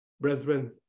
Brethren